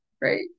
right